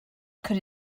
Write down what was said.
could